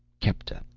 kepta,